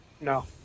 No